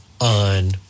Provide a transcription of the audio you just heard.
on